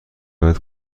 بعد